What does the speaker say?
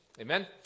Amen